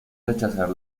rechazar